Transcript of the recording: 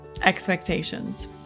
expectations